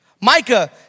Micah